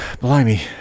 blimey